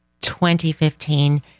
2015